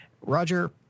Roger